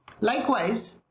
Likewise